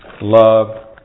love